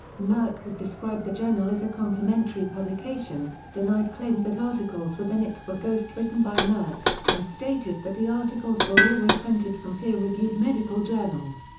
merck has described the journal as a complimentary publication, denied claims that articles within it were ghost written by merck, and stated that the articles were all reprinted from peer-reviewed medical journals.